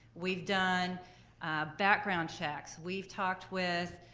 we've done background checks. we've talked with,